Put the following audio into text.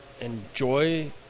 enjoy